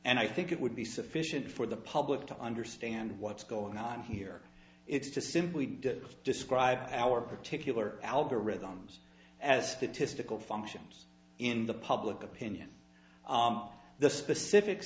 and i think it would be sufficient for the public to understand what's going on here it's to simply describe our particular algorithms as statistical functions in the public opinion the specific